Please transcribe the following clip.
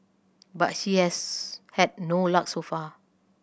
but she has had no luck so far